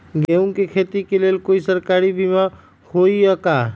गेंहू के खेती के लेल कोइ सरकारी बीमा होईअ का?